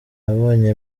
nabonye